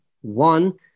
One